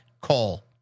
call